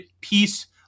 piece